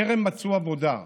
טרם מצאו עבודה?